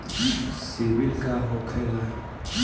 सीबील का होखेला?